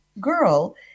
girl